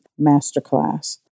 masterclass